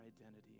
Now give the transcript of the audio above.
identity